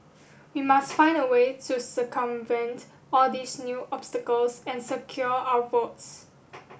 we must find a way to circumvent all these new obstacles and secure our votes